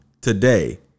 today